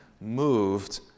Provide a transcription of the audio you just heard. moved